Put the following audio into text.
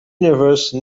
universe